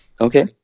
Okay